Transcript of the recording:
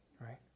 right